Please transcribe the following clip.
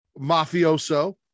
mafioso